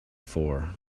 four